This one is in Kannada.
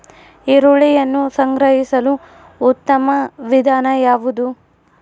ಈರುಳ್ಳಿಯನ್ನು ಸಂಗ್ರಹಿಸಲು ಉತ್ತಮ ವಿಧಾನ ಯಾವುದು?